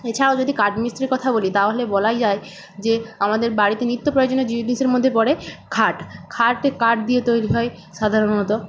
এছাড়াও যদি কাঠমিস্ত্রির কথা বলি তাহলে বলাই যায় যে আমাদের বাড়িতে নিত্য প্রয়োজনীয় জিনিসের মধ্যে পড়ে খাট খাট কাঠ দিয়ে তৈরি হয় সাধারণত